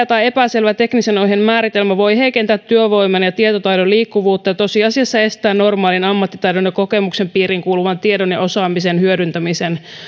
tai epäselvä teknisen ohjeen määritelmä voi heikentää työvoiman ja tietotaidon liikkuvuutta ja tosiasiassa estää normaalin ammattitaidon ja kokemuksen piiriin kuuluvan tiedon ja osaamisen hyödyntämisen